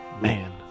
Man